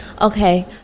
Okay